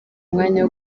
umwanya